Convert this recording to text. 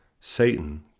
Satan